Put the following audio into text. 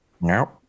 No